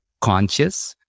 conscious